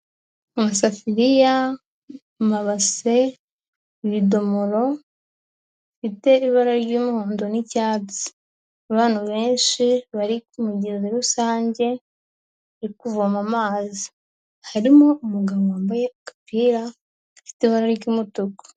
Amasafiriya, amabase, ibidomoro bifite ibara ry'umuhondo n'icyatsi, abantu benshi bari ku mugezi rusange bari kuvoma amazi, harimo umugabo wambaye agapira gafite ibara ry'umutuku.